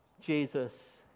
Jesus